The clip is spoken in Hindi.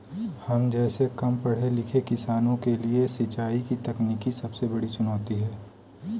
हम जैसै कम पढ़े लिखे किसानों के लिए सिंचाई की तकनीकी सबसे बड़ी चुनौती है